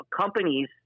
companies